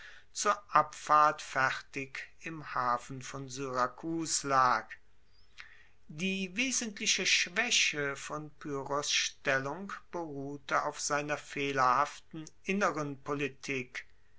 zur abfahrt fertig im hafen von syrakus lag die wesentliche schwaeche von pyrrhos stellung beruhte auf seiner fehlerhaften inneren politik